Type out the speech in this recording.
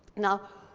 now,